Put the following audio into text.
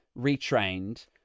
retrained